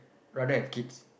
rather have kids